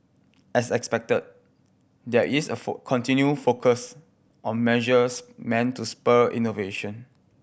as expected there is a continued focus on measures meant to spur innovation